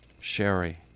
Sherry